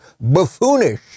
buffoonish